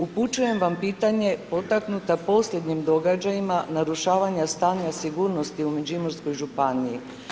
Upućujem vam pitanje potaknuta posljednjim događajima narušavanja stanja sigurnosti u Međimurskoj županiji.